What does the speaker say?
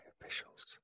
officials